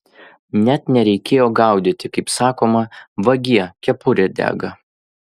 net nereikėjo gaudyti kaip sakoma vagie kepurė dega